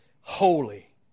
holy